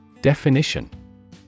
Definition